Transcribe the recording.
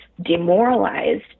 demoralized